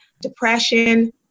Depression